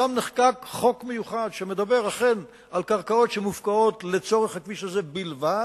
שם נחקק חוק מיוחד שאכן מדבר על קרקעות שמופקעות לצורך הכביש הזה בלבד,